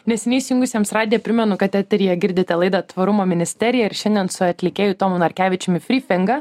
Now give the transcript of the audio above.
neseniai įsijungusiems ra diją primenu kad eteryje girdite laidą tvarumo ministerija ir šiandien su atlikėju tomu narkevičiumi fri finga